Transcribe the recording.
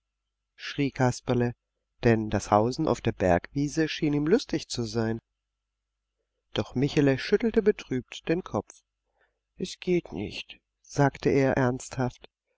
schrie kasperle denn das hausen auf der bergwiese schien ihm lustig zu sein doch michele schüttelte betrübt den kopf es geht nicht sagte er ernsthaft